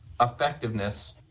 effectiveness